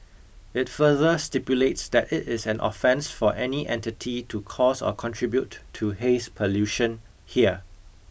it further stipulates that it is an offence for any entity to cause or contribute to haze pollution here